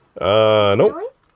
Nope